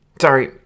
Sorry